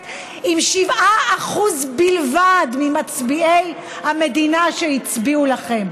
עם 7% בלבד ממצביעי המדינה שהצביעו לכם: